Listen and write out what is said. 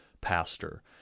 pastor